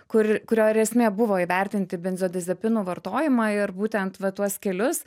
kur kurio ir esmė buvo įvertinti benzodiazepinų vartojimą ir būtent va tuos kelius